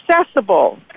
accessible